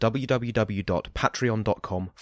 www.patreon.com